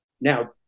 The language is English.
Now